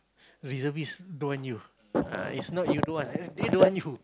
reservist don't want you ah it's not you don't want they don't want you